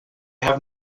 have